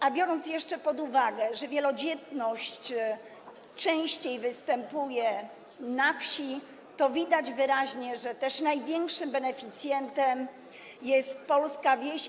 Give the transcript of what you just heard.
A biorąc jeszcze pod uwagę, że wielodzietność częściej występuje na wsi, to wyraźnie widać, że też największym beneficjentem jest polska wieś.